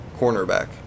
Cornerback